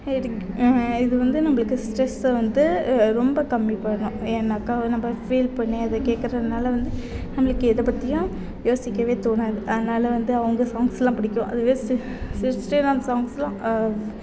எதுக் இது வந்து நம்மளுக்கு ஸ்ட்ரெஸ்ஸை வந்து ரொம்ப கம்மி பண்ணும் ஏன்னாக்கால் நம்ம ஃபீல் பண்ணி அதை கேட்குறதுனால வந்து நம்மளுக்கு எதை பற்றியும் யோசிக்கவே தோணாது அதனால வந்து அவங்க சாங்ஸ்யெலாம் பிடிக்கும் அதுவே சிட் சித்ஸ்ரீராம் சாங்க்ஸ்லாம்